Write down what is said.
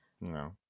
No